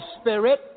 Spirit